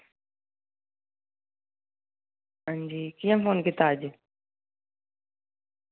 हां जी कि'यां फोन कीता अज्ज